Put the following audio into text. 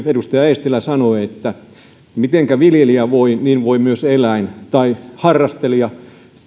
edustaja eestilä sanoi että miten viljelijä voi niin voi myös eläin tai mitenkä voi harrastelija